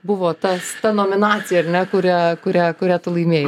buvo tas ta nominacija ar ne kurią kurią kurią tu laimėjai